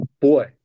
boy